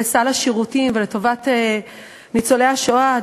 לסל השירותים ולטובת ניצולי השואה,